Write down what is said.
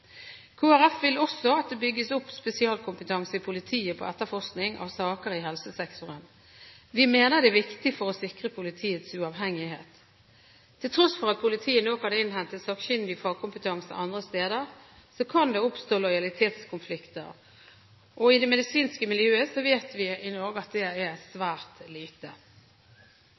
Folkeparti vil også at det bygges opp spesialkompetanse i politiet på etterforskning av saker i helsesektoren. Vi mener det er viktig for å sikre politiets uavhengighet. Til tross for at politiet nå kan innhente sakkyndig fagkompetanse andre steder, kan det oppstå lojalitetskonflikter, og vi vet at det medisinske miljøet i Norge er svært lite.